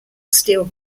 steel